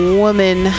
woman